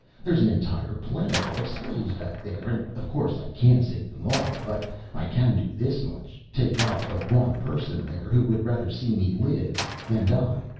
there is an entire planetful of slaves back there, and of course i can't save them all. but i can do this much, take out the one person there who would rather see me live than die.